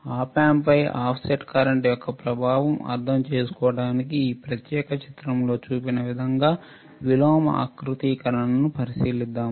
Op Amp పై offset current యొక్క ప్రభావం అర్థం చేసుకోవడానికి ఈ ప్రత్యేక చిత్రంలో చూపిన విధంగా విలోమ ఆకృతీకరణను పరిశీలిద్దాం